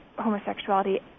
homosexuality